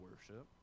worship